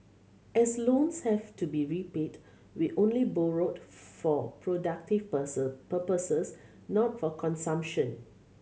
as loans have to be repaid we only borrowed for productive purposes not for consumption